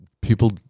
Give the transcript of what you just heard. People